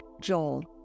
Joel